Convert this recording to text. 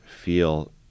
feel